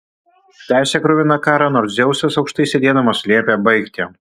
tęsė kruviną karą nors dzeusas aukštai sėdėdamas liepė baigti